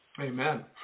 amen